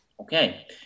Okay